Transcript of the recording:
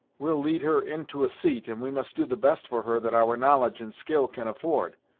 we'll lead her in to a seat, and we must do the best for her that our knowledge and skill can afford.